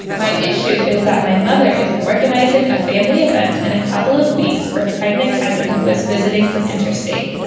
my issue is that my mother is organizing a family event in and a couple of weeks for a pregnant cousin who is visiting from interstate.